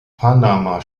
panama